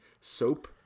soap